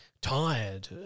tired